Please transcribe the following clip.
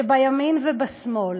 במקום שבימין ובשמאל